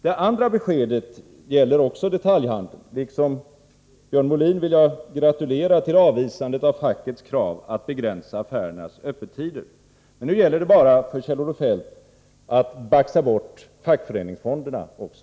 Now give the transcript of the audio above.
Det andra beskedet gäller också detaljhandeln. Liksom Björn Molin vill jag gratulera till avvisandet av fackets krav att begränsa affärernas öppettider. Nu gäller det bara för Kjell-Olof Feldt att baxa bort fackföreningsfonderna också.